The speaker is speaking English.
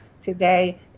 today